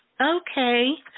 Okay